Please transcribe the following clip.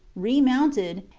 remounted,